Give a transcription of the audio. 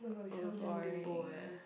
uh boring